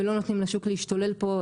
ולא נותנים לשוק להשתולל פה.